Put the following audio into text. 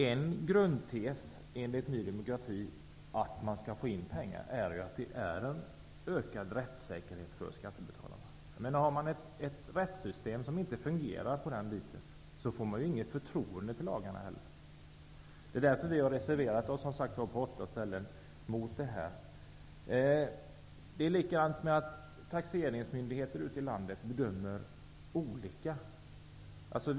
En grundförutsättning för att man skall få in pengar är enligt Ny demokratis mening att det finns en ökad rättssäkerhet för skattebetalarna. Har man ett rättssystem som inte fungerar i det avseendet får allmänheten inte heller något förtroende för lagarna. Det är därför som vi har reserverat oss på åtta punkter mot det som föreslås. Exempelvis gör taxeringsmyndigheter ute i landet olika bedömningar.